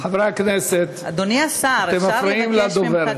חברי הכנסת, אתם מפריעים לדוברת.